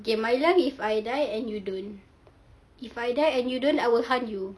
okay my love if I die and you don't if I die and you don't I will hunt you